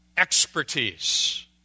Expertise